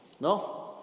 no